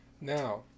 Now